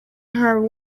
her